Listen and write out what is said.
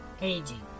aging